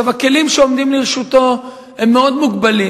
הכלים שעומדים לרשותו הם מאוד מוגבלים.